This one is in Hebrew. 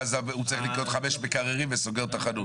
ואז הוא צריך לקנות חמישה מקררים וסוגר את החנות.